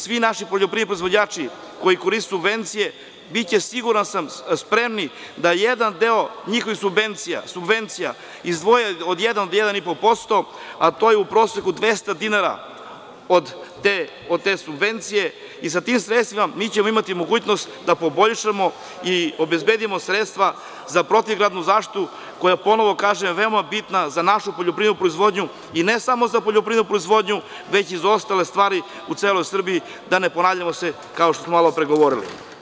Svi naši poljoprivredni proizvođači koji koriste subvencije biće, siguran sam, spremni da jedan deo njihovih subvencija izdvoje od jedan do 1,5%, a to je u proseku 200 dinara od te subvencije i sa tim sredstvima mi ćemo imati mogućnost da poboljšamo i obezbedimo sredstva za protivgradnu zaštitu koja je, ponovo kažem, veoma bitna za našu poljoprivrednu proizvodnju i ne samo za poljoprivrednu proizvodnju, već i za ostale stvari u celoj Srbiji, da se ponavljamo, kao što smo malopre govorili.